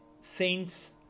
saints